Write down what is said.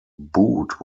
boot